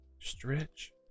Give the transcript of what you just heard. Stretch